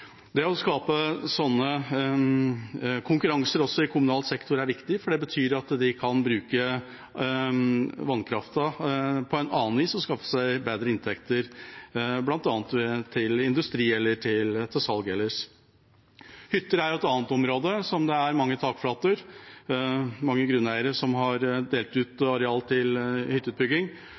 Det å skape sånne konkurranser også i kommunal sektor er viktig, for det betyr at en kan bruke vannkraften på et annet vis og skaffe seg bedre inntekter bl.a. til industri eller ved salg ellers. Hytter er et annet område hvor det er mange takflater. Det er mange grunneiere som har delt ut areal til hytteutbygging,